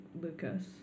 Lucas